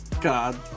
God